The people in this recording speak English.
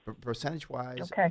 percentage-wise